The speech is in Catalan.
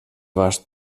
vast